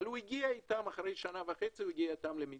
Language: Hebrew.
אבל הוא הגיע אתם אחרי שנה וחצי למתווה